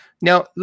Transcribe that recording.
Now